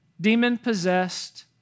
demon-possessed